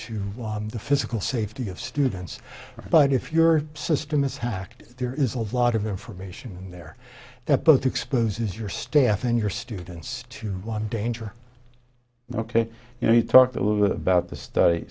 to the physical safety of students but if your system is hacked there is a lot of information in there that both exposes your staff and your students to one danger ok you know we talked a little bit about the study